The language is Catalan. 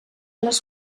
les